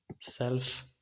self